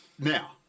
Now